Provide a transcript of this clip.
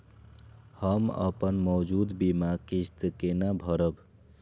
हम अपन मौजूद बीमा किस्त केना भरब?